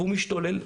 והוא משתולל,